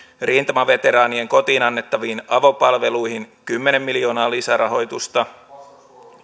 rintamaveteraanien kotiin annettaviin avopalveluihin kymmenen miljoonaa lisärahoitusta